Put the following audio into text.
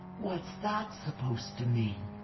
what's that supposed to mean?